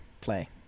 play